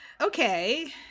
okay